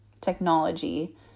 technology